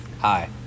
Hi